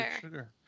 sugar